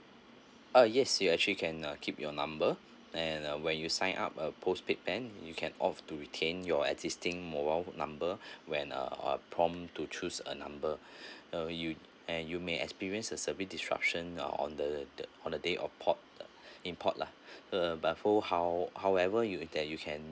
ah yes you actually can uh keep your number and uh when you sign up a postpaid plan you can opt to retain your existing mobile number when uh prompt to choose a number uh you and you may experience a service disruption on the on the day of port import lah uh but for how however you that you can